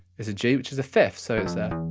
is a g which is a fifth, so it's a